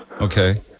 Okay